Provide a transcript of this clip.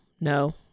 no